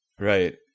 Right